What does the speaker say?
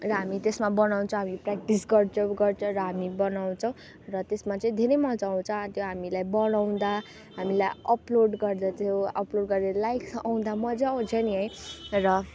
र हामी त्यसमा बनाउँछौँ हामी प्र्याक्टिस गर्छौँ गर्छौँ र हामी बनाउँछौँ र त्यसमा चाहिँ धेरै मजा आउँछ त्यो हामीलाई बनाउँदा हामीलाई अपलोड गर्दा त्यो अपलोड गरेर लाइक आउँदा मजा आउँछ नि है र